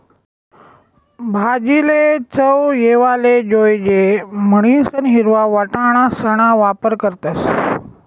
भाजीले चव येवाले जोयजे म्हणीसन हिरवा वटाणासणा वापर करतस